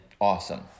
awesome